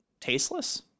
tasteless